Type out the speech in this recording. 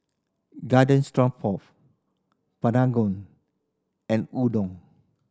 Garden and Udon